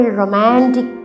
romantic